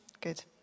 Good